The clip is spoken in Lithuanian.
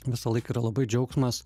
visąlaik yra labai džiaugsmas